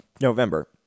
November